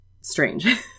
strange